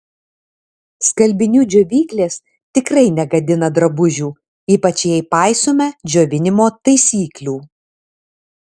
skalbinių džiovyklės tikrai negadina drabužių ypač jei paisome džiovinimo taisyklių